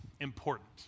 important